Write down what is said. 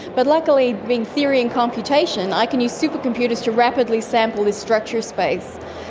but luckily being theory and computation i can use supercomputers to rapidly sample this structure space,